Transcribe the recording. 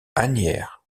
asnières